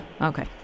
Okay